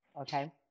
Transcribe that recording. Okay